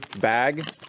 bag